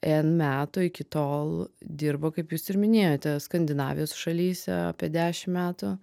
n metų iki tol dirbo kaip jūs ir minėjote skandinavijos šalyse apie dešim metų